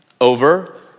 over